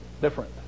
different